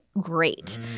great